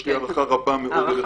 יש לי הערכה אישית רבה אליך.